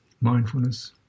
mindfulness